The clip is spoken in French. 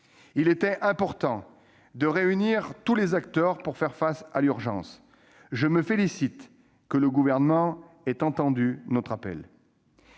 Il était important de réunir tous les acteurs pour faire face à l'urgence, et je me félicite que le Gouvernement ait entendu notre appel.